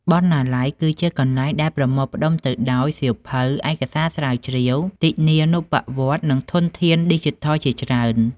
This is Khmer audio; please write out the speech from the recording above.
បណ្ណាល័យគឺជាកន្លែងដែលប្រមូលផ្តុំទៅដោយ សៀវភៅ ឯកសារស្រាវជ្រាវ ទិនានុប្បវត្តិ និងធនធានឌីជីថល ជាច្រើន។